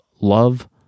love